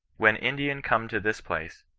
when indian come to this place,